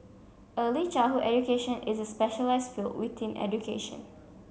early childhood education is a specialised field within education